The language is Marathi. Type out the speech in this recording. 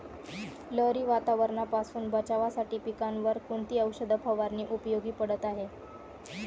लहरी वातावरणापासून बचावासाठी पिकांवर कोणती औषध फवारणी उपयोगी पडत आहे?